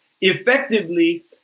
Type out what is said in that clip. effectively